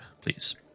please